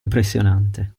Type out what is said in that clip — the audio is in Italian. impressionante